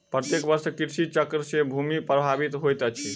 प्रत्येक वर्ष कृषि चक्र से भूमि प्रभावित होइत अछि